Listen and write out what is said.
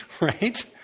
right